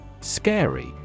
Scary